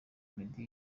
meddy